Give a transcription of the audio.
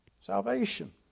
salvation